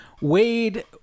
Wade